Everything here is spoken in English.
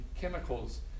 chemicals